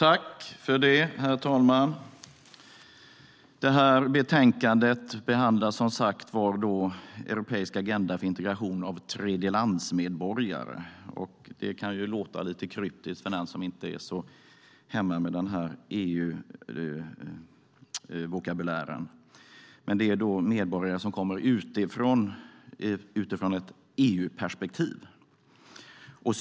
Herr talman! Detta betänkande behandlar som sagt meddelandet Europeisk agenda för integration av tredjelandsmedborgare . Det kan låta lite kryptiskt för den som inte är så hemma i EU-vokabulären, men det handlar om medborgare som ur ett EU-perspektiv kommer utifrån.